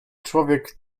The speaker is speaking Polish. człowiek